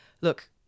Look